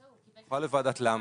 הוא יוכל לוועדת ל',